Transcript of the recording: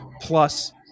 plus